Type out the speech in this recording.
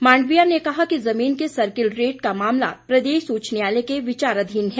मांडविया ने कहा कि जमीन के सर्किल रेट का मामला प्रदेश उच्च न्यायालय के विचाराधीन है